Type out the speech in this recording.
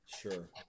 sure